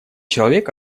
человек